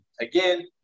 again